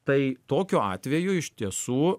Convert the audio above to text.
tai tokiu atveju iš tiesų